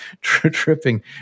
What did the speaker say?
tripping